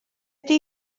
ydy